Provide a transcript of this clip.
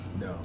No